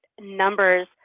numbers